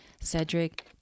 Cedric